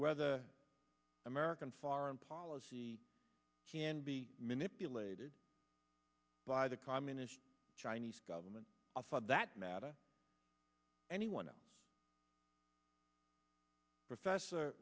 whether american foreign policy can be manipulated by the communist chinese government for that matter anyone else professor